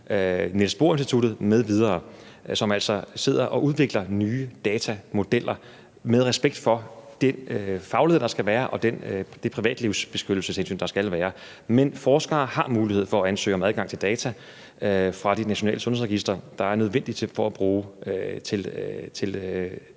Niels Bohr Instituttet m.v., som altså sidder og udvikler nye datamodeller med respekt for den faglighed, der skal være, og det hensyn til beskyttelse af privatlivet, der skal være. Men forskere har mulighed for at ansøge om adgang til data fra de nationale sundhedsregistre, der er nødvendige for det